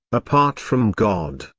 apart from god,